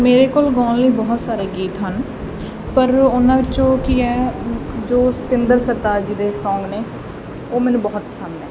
ਮੇਰੇ ਕੋਲ ਗਾਉਣ ਲਈ ਬਹੁਤ ਸਾਰੇ ਗੀਤ ਹਨ ਪਰ ਉਹਨਾਂ 'ਚੋਂ ਕੀ ਹੈ ਜੋ ਸਤਿੰਦਰ ਸਰਤਾਜ ਜੀ ਦੇ ਸੌਂਗ ਨੇ ਉਹ ਮੈਨੂੰ ਬਹੁਤ ਪਸੰਦ ਹੈ